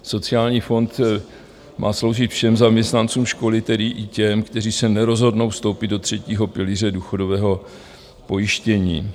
Sociální fond má sloužit všem zaměstnancům školy, tedy i těm, kteří se nerozhodnou vstoupit do třetího pilíře důchodového pojištění.